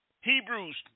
Hebrews